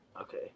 Okay